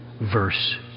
verse